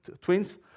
twins